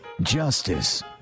justice